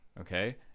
okay